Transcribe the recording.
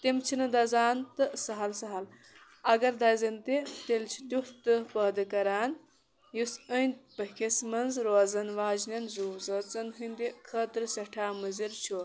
تِم چھِنہٕ دَزان تہٕ سَہَل سَہَل اگر دَزن تہِ تیٚلہِ چھِ تیُٚتھ دٕہ پٲدٕ کَران یُس أنٛدۍ پٔکِس منٛز روزَن واجنٮ۪ن زُو زٲژَن ہِنٛدِ خٲطرٕ سٮ۪ٹھاہ مُضِر چھُ